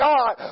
God